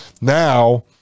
now